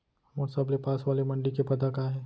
मोर सबले पास वाले मण्डी के पता का हे?